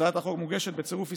הצעת החוק מוגשת בצירוף הסתייגויות,